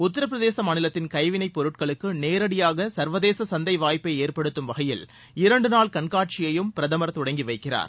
உத்தரப்பிரதேச மாநிலத்தின் கைவினைப்பொருட்களுக்கு நேரடியாக சர்வதேச சந்தை வாய்ப்பை ஏற்படுத்தும் வகையில் இரண்டு நாள் கண்காட்சியையும் பிரதமர் தொடங்கி வைக்கிறார்